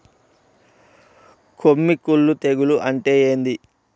కొమ్మి కుల్లు తెగులు అంటే ఏంది?